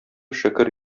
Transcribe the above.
шөкер